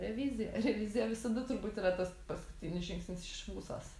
revizija revizija visada turbūt yra tas paskutinis žingsnis iš vusos